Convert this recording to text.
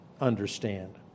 understand